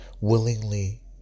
Willingly